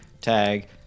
tag